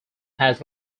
had